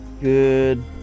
good